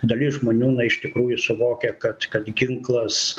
dalis žmonių iš tikrųjų suvokia kad ginklas